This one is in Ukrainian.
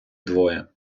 двоє